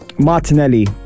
Martinelli